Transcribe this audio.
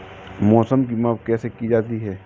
मौसम की माप कैसे की जाती है?